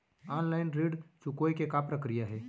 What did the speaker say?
Online ऋण चुकोय के का प्रक्रिया हे?